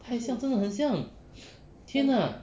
太像真的很像天 ah